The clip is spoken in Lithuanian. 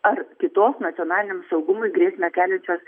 ar kitos nacionaliniam saugumui grėsmę keliančios